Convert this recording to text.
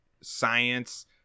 science